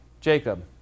Jacob